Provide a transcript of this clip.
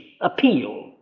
appeal